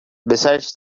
besides